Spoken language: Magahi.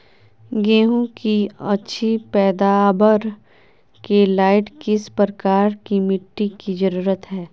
गेंहू की अच्छी पैदाबार के लाइट किस प्रकार की मिटटी की जरुरत है?